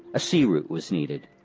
a sea route was needed.